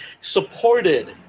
supported